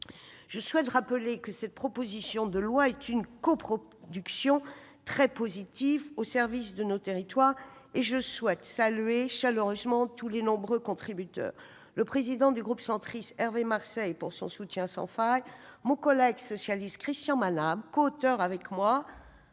Je souhaite rappeler que cette proposition de loi est une coproduction très positive au service de nos territoires. Je salue chaleureusement les nombreux contributeurs, le président du groupe Union Centriste, Hervé Marseille, pour son soutien sans faille, mon collègue socialiste Christian Manable, avec